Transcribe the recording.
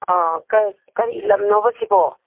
ꯑꯥ ꯀꯔꯤ ꯂꯝꯅꯣꯕ ꯁꯤꯕꯣ